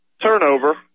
turnover